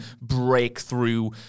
breakthrough